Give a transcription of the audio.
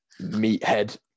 meathead